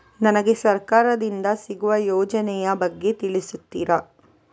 ನನಗೆ ಸರ್ಕಾರ ದಿಂದ ಸಿಗುವ ಯೋಜನೆ ಯ ಬಗ್ಗೆ ತಿಳಿಸುತ್ತೀರಾ?